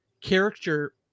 character